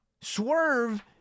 Swerve